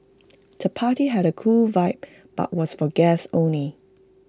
the party had A cool vibe but was for guests only